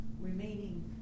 remaining